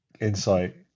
insight